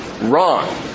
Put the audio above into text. Wrong